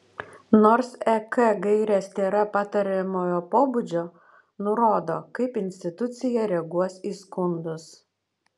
nors ek gairės tėra patariamojo pobūdžio nurodo kaip institucija reaguos į skundus